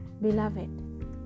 Beloved